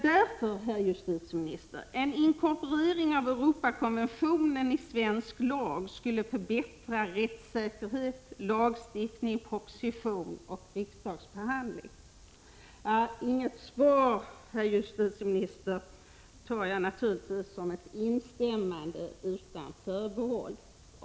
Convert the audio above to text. Därför skulle, herr justitieminister, en inkorporering av Europakonventionen i svensk lag förbättra rättssäkerhet, lagstiftning, propositionsbehandling och riksdagsbehandling. Om inget svar ges uppfattar jag naturligtvis detta, herr justitieminister, som instämmande utan förbehåll.